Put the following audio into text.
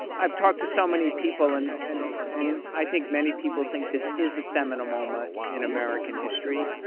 i've talked to so many people, and and and i think many people think this is a seminal moment in american history